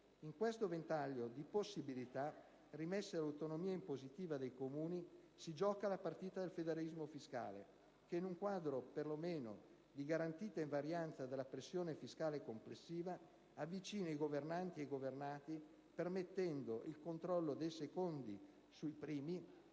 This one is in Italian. In questo ventaglio di possibilità rimesse all'autonomia impositiva dei Comuni, si gioca la partita del federalismo fiscale, che in un quadro perlomeno di garantita invarianza della pressione fiscale complessiva avvicina i governanti ai governati, permettendo il controllo dei secondi sui primi